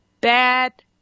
bad